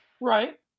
right